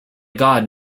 god